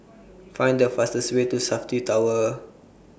Find The fastest Way to Safti Tower